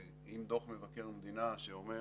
עם דוח מבקר המדינה שאומר,